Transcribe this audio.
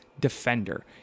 Defender